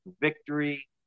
victory